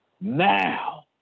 Now